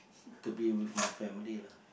to be with my family lah